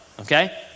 Okay